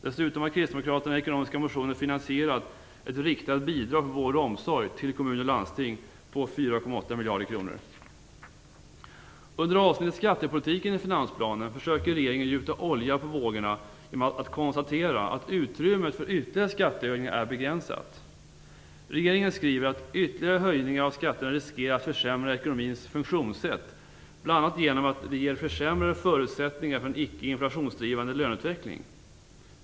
Dessutom har kristdemokraterna i den ekonomiska motionen finansierat ett riktat bidrag för vård och omsorg till kommuner och landsting på 4,8 miljarder kronor. Under avsnittet Skattepolitiken i finansplanen försöker regeringen gjuta olja på vågorna genom att konstatera att utrymmet för ytterligare skattehöjningar är begränsat. Regeringen skriver att ytterligare höjningar av skatterna riskerar att försämra ekonomins funktionssätt bl.a. genom att de ger försämrade förutsättningar för en icke inflationsdrivande löneutveckling.